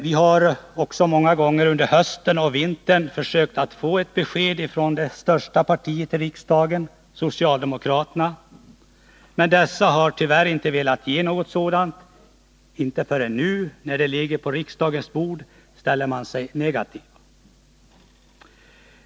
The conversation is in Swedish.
Vi har också många gånger under hösten och vintern försökt att få ett besked från det största partiet i riksdagen, socialdemokraterna, men dessa har tyvärr inte velat ge något sådant. Inte förrän nu, när ett förslag ligger på riksdagens bord, ställer man sig negativ.